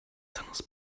tennis